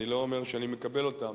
אני לא אומר שאני מקבל אותן,